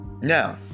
Now